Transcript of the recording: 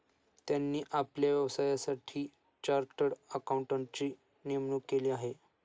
त्यांनी आपल्या व्यवसायासाठी चार्टर्ड अकाउंटंटची नेमणूक केली आहे